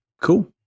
Cool